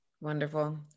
Wonderful